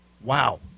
Wow